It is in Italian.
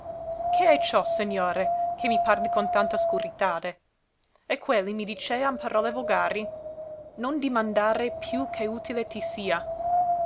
è ciò segnore che mi parli con tanta oscuritade e quelli mi dicea in parole volgari non dimandare più che utile ti sia